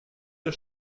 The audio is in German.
der